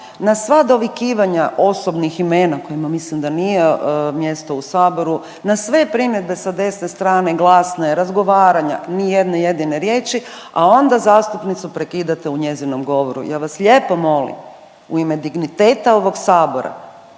Na sva dovikivanja osobnih imena kojima mislim da nije mjesto u Saboru, na sve primjedbe sa desne strane glasne, razgovaranja ni jedne jedine riječi. A onda zastupnicu prekidate u njezinom govoru. Ja vas lijepo molim u ime digniteta ovog Sabora